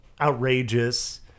outrageous